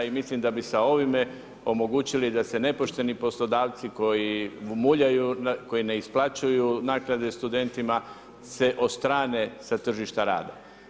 I mislim da bi sa ovime omogućili da se nepošteni poslodavci koji muljaju, koji ne isplaćuju naknade studentima se odstrane sa tržišta rada.